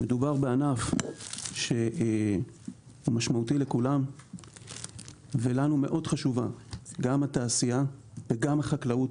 מדובר בענף משמעותי לכולם ולנו מאוד חשובה התעשייה וגם החקלאות.